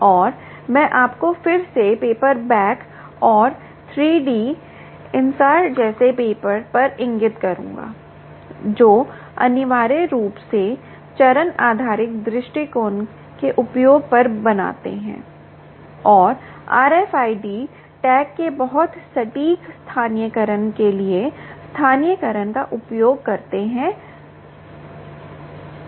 और मैं आपको फिर से पेपर बैक बैक और 3D इन्सार जैसे पेपर पर इंगित करूंगा जो अनिवार्य रूप से चरण आधारित दृष्टिकोण के उपयोग पर बनाते हैं और RFID टैग के बहुत सटीक स्थानीयकरण के लिए स्थानीयकरण का उपयोग करते हैं और करते हैं